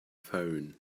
phone